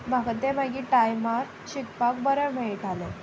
म्हाका ते मागीर टायमार शिकपाक बरें मेळटालें